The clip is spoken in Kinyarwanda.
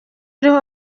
iriho